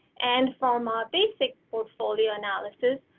and from our basic portfolio analysis,